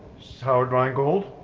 howard rheingold.